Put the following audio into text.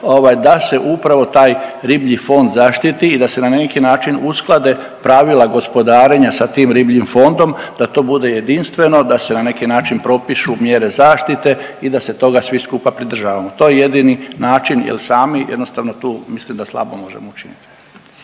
da se upravo taj riblji fond zaštiti i da se na neki način usklade pravila gospodarenja sa tim ribljim fondom, da to bude jedinstveno, da se na neki način propišu mjere zaštite i da se toga svi skupa pridržavamo. To je jedini način jer sami jednostavno tu mislim da slabo možemo učiniti.